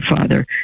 Father